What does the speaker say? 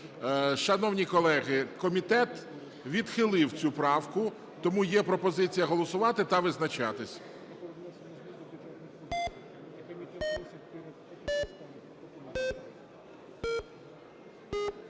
Шановні колеги, комітет відхилив цю правку, тому є пропозиція голосувати та визначатись.